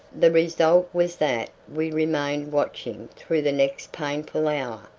the result was that we remained watching through the next painful hour,